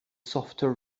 softer